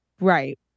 Right